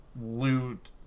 loot